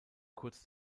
kurz